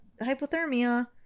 hypothermia